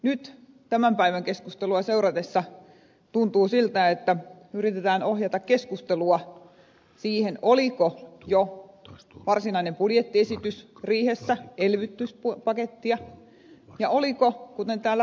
nyt tämän päivän keskustelua seuratessa tuntuu siltä että yritetään ohjata keskustelua siihen oliko jo tuln varsinainen budjetti esi tys varsinaisessa budjettiesitysriihessä elvytyspakettia ja oliko kuten täällä ed